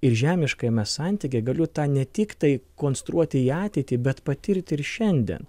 ir žemiškajame santykyje galiu tą ne tik tai konstruoti į ateitį bet patirti ir šiandien